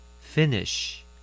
Finish